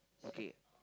okay